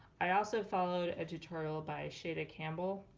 i also followed a tutorial by shayda campbell.